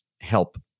help